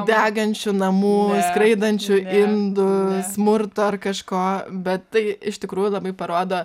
degančių namų skraidančių indų smurto ar kažko bet tai iš tikrųjų labai parodo